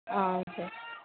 ஆ okay